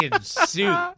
suit